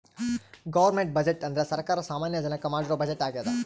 government budget ಅಂದ್ರೆ ಸರ್ಕಾರ ಸಾಮಾನ್ಯ ಜನಕ್ಕೆ ಮಾಡಿರೋ ಬಜೆಟ್ ಆಗ್ಯದ